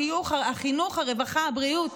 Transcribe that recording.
החינוך, הרווחה והבריאות.